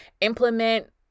implement